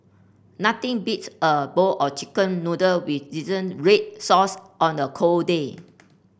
nothing beats a bowl of chicken noodle with red sauce on a cold day